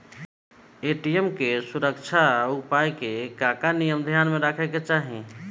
ATM के सुरक्षा उपाय के का का नियम ध्यान में रखे के चाहीं?